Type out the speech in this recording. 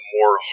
more